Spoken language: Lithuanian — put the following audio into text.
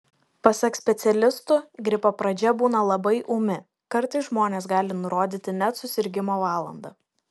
pasak specialistų gripo pradžia būna labai ūmi kartais žmonės gali nurodyti net susirgimo valandą